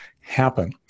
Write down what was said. happen